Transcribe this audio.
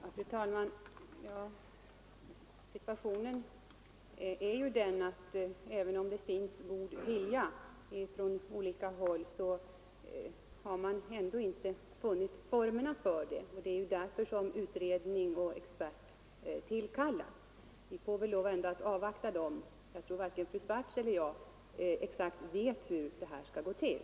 Fru talman! Situationen är den, att även om det finns god vilja på olika håll har man ändå inte funnit formerna för att göra som fru Swartz föreslår, Det är också därför som utredning har tillsatts och expert tillkallats. Vi får väl avvakta resultatet därifrån. Jag tror att varken fru Swartz eller jag exakt vet hur det här skall gå till.